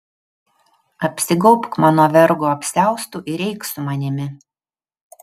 apsigaubk mano vergo apsiaustu ir eik su manimi